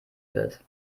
wird